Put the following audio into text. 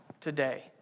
today